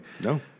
No